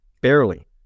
barely